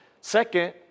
second